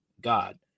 God